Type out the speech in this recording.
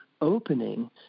opening